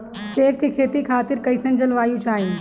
सेब के खेती खातिर कइसन जलवायु चाही?